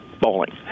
bowling